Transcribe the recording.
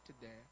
today